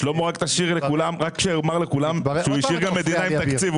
שרק יאמר לכולם שהוא השאיר מדינה עם תקציב.